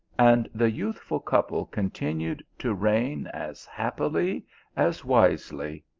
and the youthful couple continued to reign as happily as wisely,